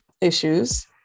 issues